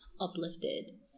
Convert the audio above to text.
uplifted